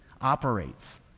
operates